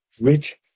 Rich